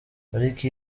pariki